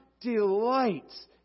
delights